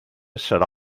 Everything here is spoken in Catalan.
serà